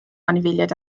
anifeiliaid